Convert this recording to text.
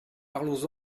parlons